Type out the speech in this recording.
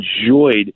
enjoyed